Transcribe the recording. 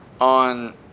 on